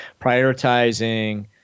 prioritizing